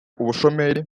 ubushomeri